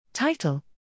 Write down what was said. Title